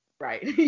Right